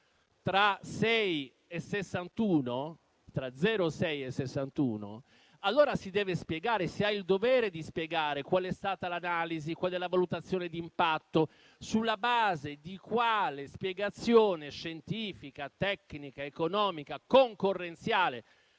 tra 6 e 61, tra 06 e 61, si ha il dovere di spiegare qual è stata l'analisi, qual è la valutazione di impatto e sulla base di quale spiegazione scientifica, tecnica, economica e concorrenziale